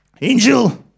Angel